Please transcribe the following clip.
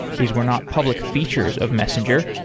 these were not public features of messenger,